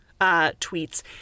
tweets